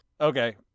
Okay